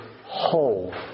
whole